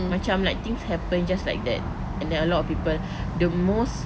macam like things happened just like that and there are a lot of people the most